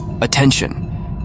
Attention